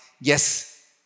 yes